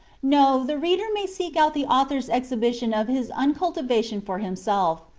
no, the reader may seek out the author's exhibition of his uncultivation for himself.